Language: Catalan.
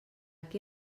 qui